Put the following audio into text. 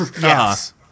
Yes